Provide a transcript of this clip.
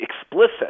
explicit